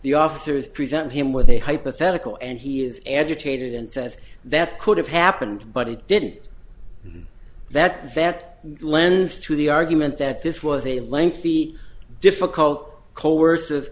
the officers present him with a hypothetical and he is agitated and says that could have happened but it didn't mean that that lends to the argument that this was a lengthy difficult co